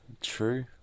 True